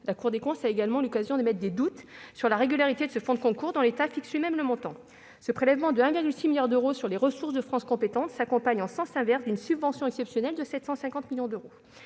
La Cour des comptes a eu l'occasion d'émettre des doutes sur la régularité de ce fonds de concours dont l'État fixe lui-même le montant. Ce prélèvement de 1,6 milliard d'euros sur les ressources de France compétences s'accompagne, en sens inverse, d'une subvention exceptionnelle de 750 millions d'euros.